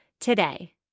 today